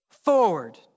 Forward